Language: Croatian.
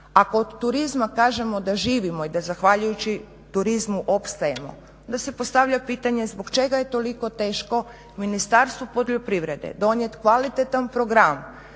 ako od turizma kažemo da živimo i da zahvaljujući turizmu opstajemo onda se postavlja pitanje zbog čega je toliko teško u Ministarstvu poljoprivrede donijeti kvalitetan program